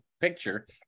picture